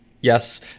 Yes